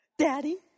Daddy